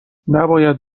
نباید